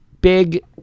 big